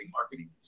marketing